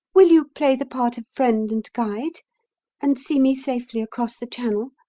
will you play the part of friend and guide and see me safely across the channel?